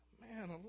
man